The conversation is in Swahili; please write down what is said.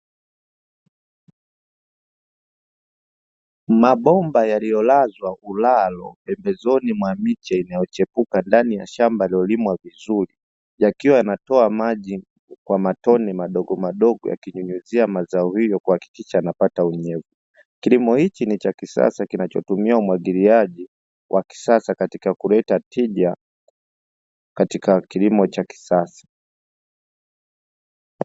Mabomba yaliyolazwa ulalo pembezoni mwa miche inayochepuka ndani ya shamba lililolimwa vizuri, yakiwa yanatoa maji kwa matone madogomadogo yakinyunyuzia mazao hiyo yakihakisha yanapata unyevu. Kilimo hiki ni cha kisasa kinachotumia umwagiliaji wa kisasa katika kuleta tija katika kilimo cha kisasa.